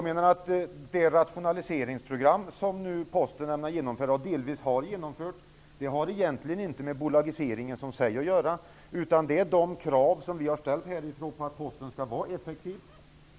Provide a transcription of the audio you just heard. Det rationaliseringsprogram som Posten nu ämnar genomföra och delvis har genomfört har egentligen inte med bolagiseringen i sig att göra, utan det är ett resultat av de krav vi har ställt här i riksdagen på att Posten skall vara effektiv.